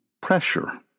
pressure